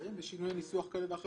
שחייב לעשות הכרת הלקוח,